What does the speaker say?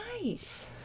nice